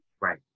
Right